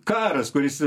karas kuris